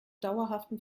dauerhaften